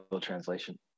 translation